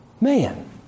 man